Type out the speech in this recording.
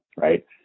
Right